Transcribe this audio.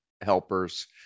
helpers